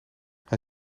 hij